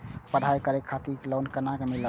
पढ़ाई करे खातिर लोन केना मिलत?